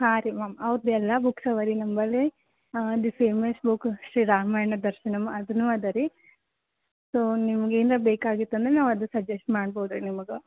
ಹಾಂ ರೀ ಮ್ಯಾಮ್ ಅವ್ರ್ದು ಎಲ್ಲ ಬುಕ್ಸ್ ಇವೆ ರೀ ನಮ್ಮಲ್ಲಿ the famous book Shri Ramayana Darshanam ಅದು ಇದೆ ರೀ ಸೊ ನಿಮ್ಗೆ ಏನಾರಾ ಬೇಕಾಗಿತ್ತಂದ್ರೆ ನಾವು ಅದು ಸಜೆಸ್ಟ್ ಮಾಡ್ಬೋದು ನಿಮಗೆ